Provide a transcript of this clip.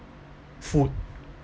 food